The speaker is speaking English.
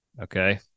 Okay